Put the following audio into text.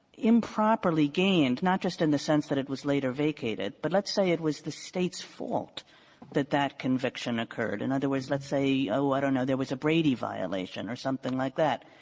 improperly gained, not just in the sense that it was later vacated, but let's say it was the state's fault that that conviction occurred in other words, let's say, oh, i don't know, there was a brady violation or something like that.